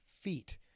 feet